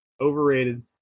overrated